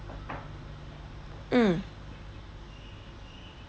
mm